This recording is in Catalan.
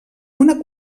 una